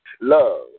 love